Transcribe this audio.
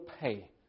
pay